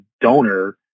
donor